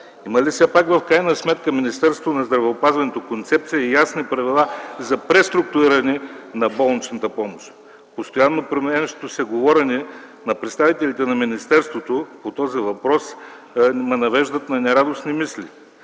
Има ли все пак в крайна сметка Министерството на здравеопазването концепция и ясни правила за преструктуриране на болничната помощ? Постоянно променящото се говорене на представителите на министерството по този въпрос ни навеждат на нерадостни мисли.